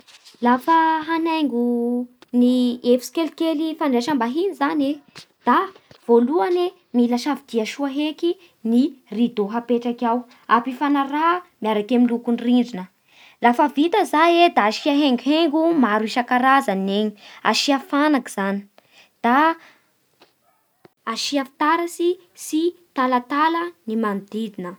Lafa hanaingo efitsy kelikely fandraisam-bahiny zany e, da voalohany mila safidia soa heky ridô apetraky ao ampifanaraha araky ny lokon'ny rindrina, lafa vita zay da asina hengohengo maro isakarazany ny eny, asia fanaky zany. Da asia fitaratsy sy talatala ny manondidina.